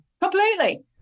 Completely